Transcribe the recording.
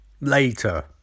later